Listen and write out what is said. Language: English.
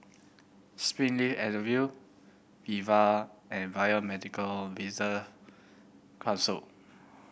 Springleaf Avenue Viva and Biomedical Research Council